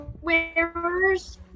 wearers